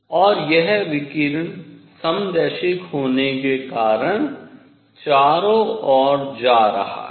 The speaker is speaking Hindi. और यह विकिरण समदैशिक होने के कारण चारों ओर जा रहा है